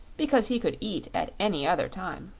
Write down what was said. because he could eat at any other time.